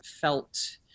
felt